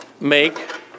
make